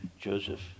Joseph